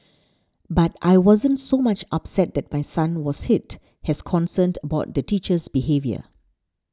but I wasn't so much upset that my son was hit as concerned about the teacher's behaviour